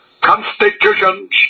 constitutions